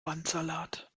bandsalat